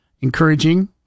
encouraging